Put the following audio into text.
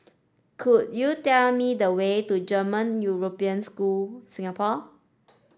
could you tell me the way to German European School Singapore